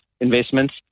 investments